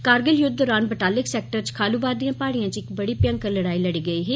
कारगिल युद्ध दरान बटालिक सैक्टर च खलूबार दिएं प्हाडिढं पर इक बड़ी मती भयंकर लड़ाई लड़ी गेई ही